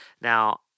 Now